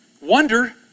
wonder